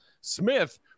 Smith